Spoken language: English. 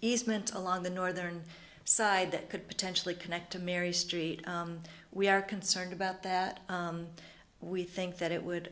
easement along the northern side that could potentially connect to mary st we are concerned about that we think that it would